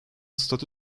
statü